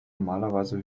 normalerweise